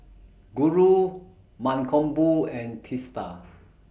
Guru Mankombu and Teesta